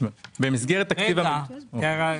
זה החוק.